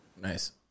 Nice